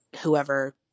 whoever